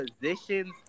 positions